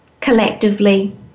collectively